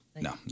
No